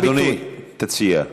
אדוני, תציע.